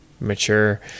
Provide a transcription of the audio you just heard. mature